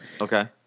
Okay